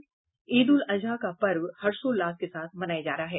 और ईद उल अजहा का पर्व हर्षोल्लास के साथ मनाया जा रहा है